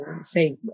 say